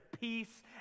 peace